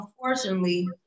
unfortunately